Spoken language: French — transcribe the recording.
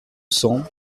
cents